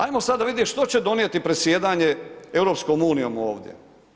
Ajmo sada vidjeti što će donijeti predsjedanje EU ovdje.